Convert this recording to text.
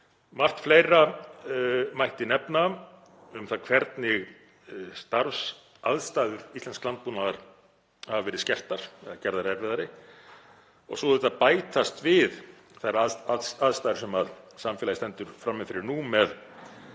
Margt fleira mætti nefna um það hvernig starfsaðstæður íslensks landbúnaðar hafa verið skertar eða gerðar erfiðari. Svo bætast við þær aðstæður sem samfélagið stendur frammi fyrir nú með